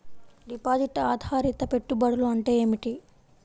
Deposit ఆధారిత పెట్టుబడులు అంటే ఏమిటి?